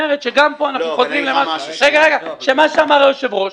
גם כאן אנחנו חוזרים אל מה שאמר היושב-ראש,